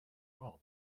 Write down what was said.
wrong